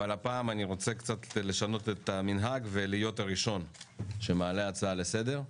הפעם אני רוצה קצת לשנות את המנהג ולהיות הראשון שמעלה הצעה לסדר.